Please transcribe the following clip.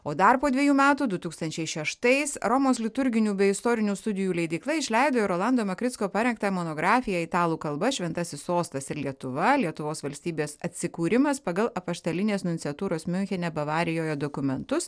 o dar po dvejų metų du tūkstančiai šeštais romos liturginių bei istorinių studijų leidykla išleido ir rolando makricko parengtą monografiją italų kalba šventasis sostas ir lietuva lietuvos valstybės atsikūrimas pagal apaštalinės nunciatūros miunchene bavarijoje dokumentus